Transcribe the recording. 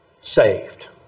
saved